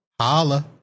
holla